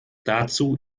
dazu